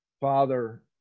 Father